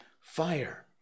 fire